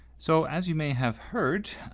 so as you may have heard,